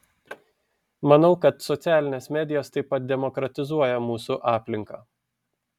manau kad socialinės medijos taip pat demokratizuoja mūsų aplinką